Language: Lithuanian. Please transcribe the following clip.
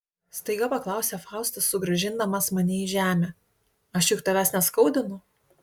staiga paklausė faustas sugrąžindamas mane į žemę aš juk tavęs neskaudinu